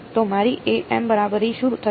તો મારી બરાબરી શું થશે